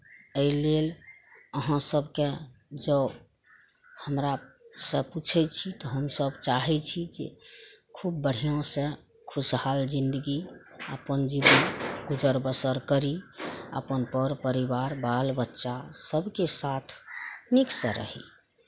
एहि लेल अहाँ सबके जँ हमरा सँ पुछै छी तऽ हमसब चाहै छी जे खूब बढ़िऑं से खुशहाल जिन्दगी अपन जीवन गुजर बसर करी अपन पर परिवार बाल बच्चा सबके साथ नीक सँ रही